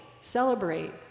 celebrate